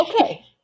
okay